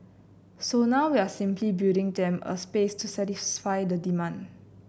so now we are simply building them a space to satisfy the demand